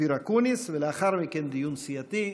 אופיר אקוניס, ולאחר מכן דיון סיעתי.